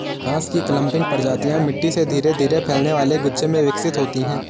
बांस की क्लंपिंग प्रजातियां मिट्टी से धीरे धीरे फैलने वाले गुच्छे में विकसित होती हैं